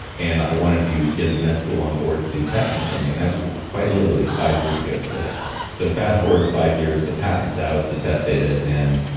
and i wanted to get the med school onboard to do testing for me, and that was quite literally five years ago today wow so, fast forward five years, the patent is out, the test data is in.